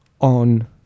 on